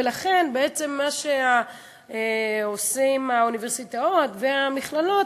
ולכן בעצם מה שעושות האוניברסיטאות והמכללות,